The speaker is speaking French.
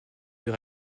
plus